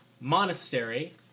Monastery